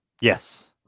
Yes